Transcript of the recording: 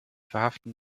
verhaften